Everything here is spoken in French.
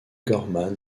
gorman